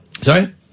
Sorry